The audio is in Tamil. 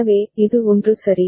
எனவே இது 1 சரி